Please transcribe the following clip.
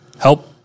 help